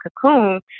cocoon